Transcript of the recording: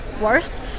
worse